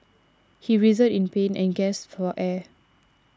he writhed in pain and gasped for air